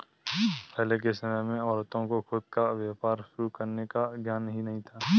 पहले के समय में औरतों को खुद का व्यापार शुरू करने का ज्ञान ही नहीं था